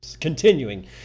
Continuing